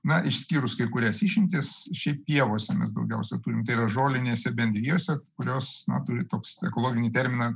na išskyrus kai kurias išimtis šiaip pievose mes daugiausiai turim tai yra žolinėse bendrijose kurios turi toks ekologinį terminą